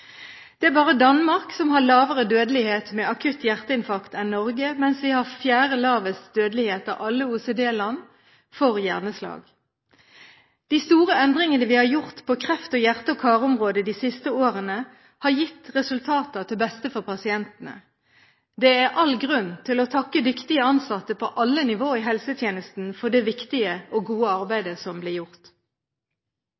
Det er bare Danmark som har lavere dødelighet etter akutt hjerteinfarkt enn Norge, mens vi har fjerde lavest dødelighet av alle OECD-land ved hjerneslag. De store endringene vi har gjort på kreft- og hjerte- og karområdet de siste årene, har gitt resultater til beste for pasientene. Det er all grunn til å takke dyktige ansatte på alle nivå i helsetjenesten for det viktige og gode